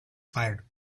fired